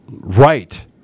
right